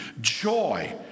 Joy